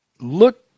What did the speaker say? Look